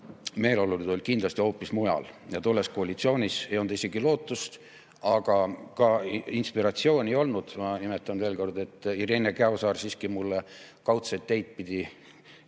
Meeleolud olid kindlasti hoopis mujal ja tolles koalitsioonis ei olnud isegi lootust, aga ka inspiratsiooni ei olnud. Ma nimetan veel kord, et Irene Käosaar siiski mulle kaudseid teid pidi väikest